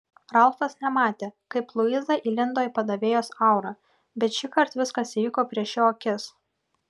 ralfas nematė kaip luiza įlindo į padavėjos aurą bet šįkart viskas įvyko prieš jo akis